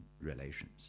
relations